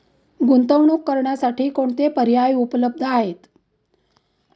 गुंतवणूक करण्यासाठी कोणते पर्याय उपलब्ध आहेत?